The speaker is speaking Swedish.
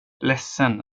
ledsen